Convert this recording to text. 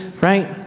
right